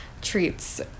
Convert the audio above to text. treats